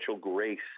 grace